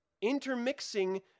intermixing